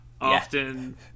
often